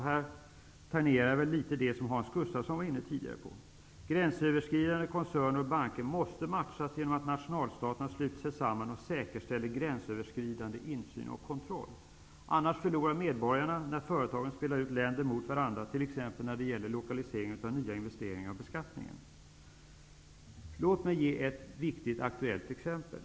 Här tangerar jag det som Hans Gustafsson var inne på tidigare. Gränsöverskridande koncerner och banker måste matchas genom att nationalstaterna sluter sig samman och säkerställer gränsöverskridande insyn och kontroll. Annars förlorar medborgarna när företagen spelar ut länder mot varandra, t.ex. när det gäller lokalisering av nya investeringar och beskattningen. Låt mig ge ett viktigt aktuellt exempel.